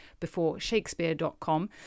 beforeshakespeare.com